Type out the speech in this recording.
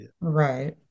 Right